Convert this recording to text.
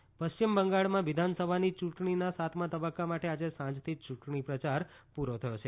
પશ્ચિમ બંગાળ પશ્ચિમ બંગાળમાં વિધાનસભાની ચૂંટણીના સાતમા તબક્કા માટે આજે સાંજથી ચૂંટણી પ્રચાર પૂરો થયો છે